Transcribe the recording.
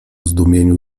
zdumieniu